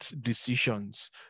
decisions